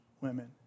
women